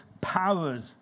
powers